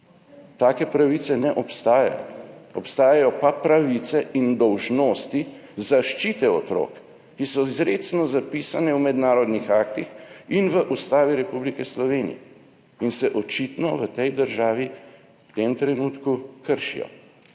Take pravice ne obstajajo, obstajajo pa pravice in dolžnosti zaščite otrok, ki so izrecno zapisane v mednarodnih aktih in v Ustavi Republike Slovenije in se očitno v tej državi v tem trenutku kršijo.